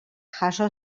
jaso